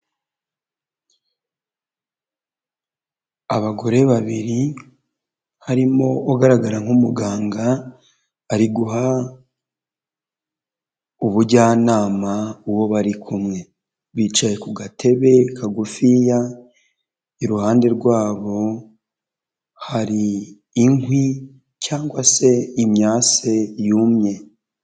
Abagore babiri harimo ugaragara nk'umuganga ari guha ubujyanama uwo bari kumwe, bicaye ku gatebe kagufiya, iruhande rwabo hari inkwi cyangwa se imyase yumye.